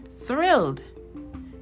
thrilled